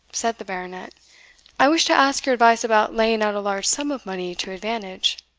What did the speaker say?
said the baronet i wished to ask your advice about laying out a large sum of money to advantage.